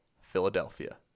Philadelphia